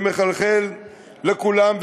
שמחלחל לכולם,